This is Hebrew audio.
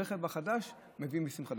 הרכב החדש מביא מיסים חדשים.